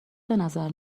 بنظر